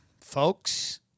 folks